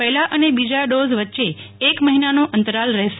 પહેલા અને બીજા ડોઝ વચ્ચે એક મહિનાનો અંતરાલ રખાશે